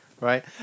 right